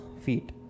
feet